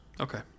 Okay